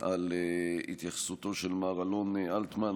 על התייחסותו של מר אלון אלטמן,